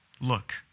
look